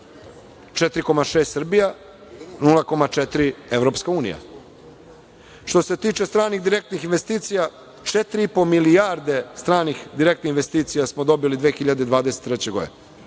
4,6% Srbija, 0,4% Evropska unija. Što se tiče stranih direktnih investicija, 4,5 milijarde stranih direktnih investicija smo dobili 2023. godine.